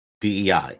DEI